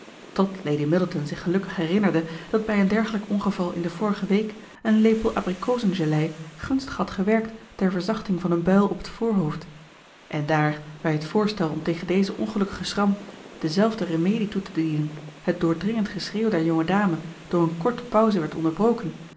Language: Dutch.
tot lady middleton zich gelukkig herinnerde dat bij een dergelijk ongeval in de vorige week een lepel abrikozengelei gunstig had gewerkt ter verzachting van een buil op het voorhoofd en daar bij het voorstel om tegen deze ongelukkige schram dezelfde remedie toe te dienen het doordringend geschreeuw der jonge dame door een korte pauze werd onderbroken